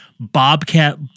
Bobcat